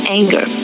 anger